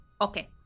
Okay